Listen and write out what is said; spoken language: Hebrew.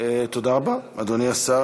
תודה רבה, אדוני השר.